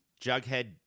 Jughead